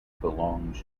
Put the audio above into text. belongs